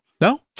No